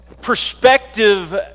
Perspective